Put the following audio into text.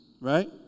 right